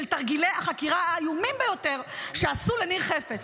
של תרגילי החקירה האיומים ביותר שעשו לניר חפץ,